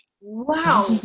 Wow